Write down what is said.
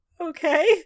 Okay